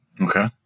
Okay